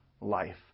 life